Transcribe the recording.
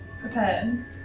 prepared